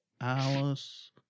Alice